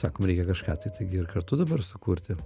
sakom reikia kažką tai taigi ir kartu dabar sukurti